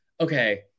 okay